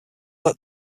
that